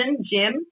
Jim